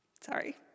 sorry